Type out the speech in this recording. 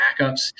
backups